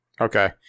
Okay